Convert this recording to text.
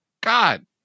God